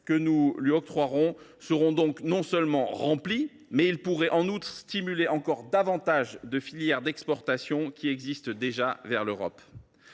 que nous lui octroierons seront donc non seulement remplis, mais ils pourraient en outre stimuler encore davantage les filières d’exportation qui existent déjà vers l’Europe.